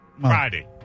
Friday